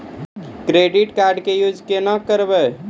Credit card के use कोना के करबऽ?